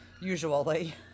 usually